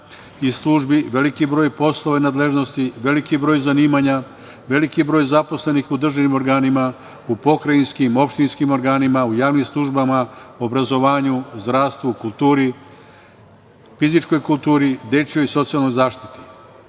i službi, veliki broj poslova i nadležnosti, veliki broj zanimanja, veliki broj zaposlenih u državnim organima, u pokrajinskim, opštinskim organima, u javnim službama, obrazovanju, zdravstvu, kulturi, fizičkoj kulturi, dečijoj i socijalnoj zaštiti.